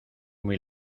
muy